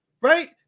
Right